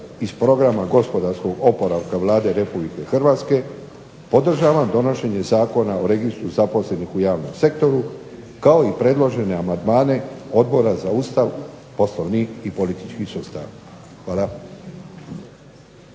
iz Programa gospodarskog oporavka Vlade Republike Hrvatske podržavam donošenje Zakona o registru zaposlenih u javnom sektoru kao i predložene amandmane Odbora za Ustav, Poslovnik i politički sustav. Hvala.